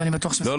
ואני בטוח --- לא,